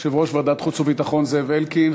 יושב-ראש ועדת החוץ והביטחון זאב אלקין,